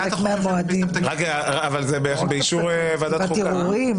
זה באישור ועדת החוקה.